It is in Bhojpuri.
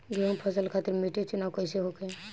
गेंहू फसल खातिर मिट्टी चुनाव कईसे होखे?